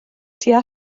tua